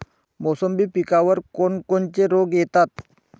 मोसंबी पिकावर कोन कोनचे रोग येतात?